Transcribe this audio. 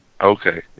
Okay